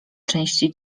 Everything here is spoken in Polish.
części